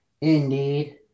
Indeed